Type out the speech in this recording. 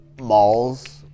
malls